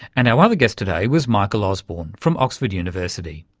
and our other guest today was michael osborne from oxford university.